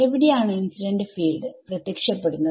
എവിടെയാണ് ഇൻസിഡന്റ് ഫീൽഡ്പ്രത്യക്ഷപ്പെടുന്നത്